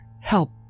help